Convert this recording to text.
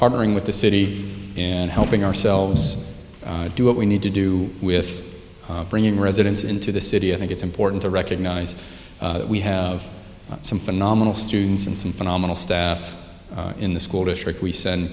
partnering with the city in helping ourselves do what we need to do with bringing residents into the city i think it's important to recognize we have some phenomenal students and some phenomenal staff in the school district we send